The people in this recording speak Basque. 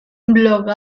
blog